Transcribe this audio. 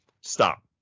stop